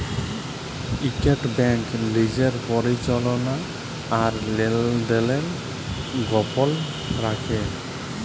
ইকট ব্যাংক লিজের পরিচাললা আর লেলদেল গপল রাইখে